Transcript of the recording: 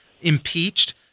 impeached